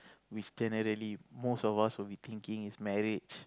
with most of us will be thinking is marriage